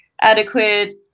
adequate